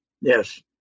Yes